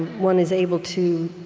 one is able to